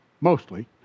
mostly